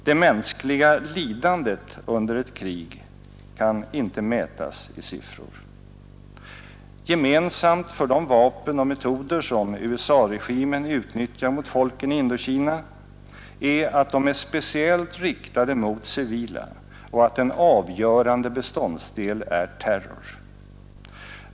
Det mänskliga lidandet under ett krig kan inte mätas i siffror. Gemensamt för de vapen och metoder som USA-regimen utnyttjar mot folken i Indokina är att de är speciellt riktade mot civila och att en avgörande beståndsdel är terror.